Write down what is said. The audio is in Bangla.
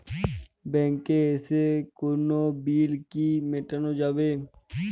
ব্যাংকে এসে কোনো বিল কি মেটানো যাবে?